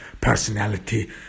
personality